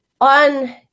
on